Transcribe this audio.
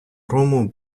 грому